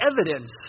evidence